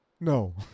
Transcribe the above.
No